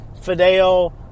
Fidel